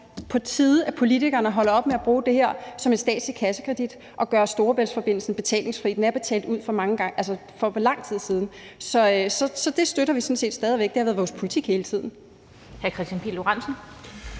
på tide, at politikerne holder op med at bruge det her som en statslig kassekredit og gør Storebæltsforbindelsen betalingsfri. Den er betalt ud for lang tid siden. Så det støtter vi sådan set stadig væk, det har været vores politik hele tiden.